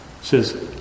says